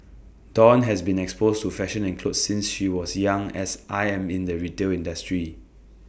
dawn has been exposed to fashion and clothes since she was young as I am in the retail industry